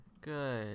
Good